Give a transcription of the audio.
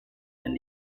wenn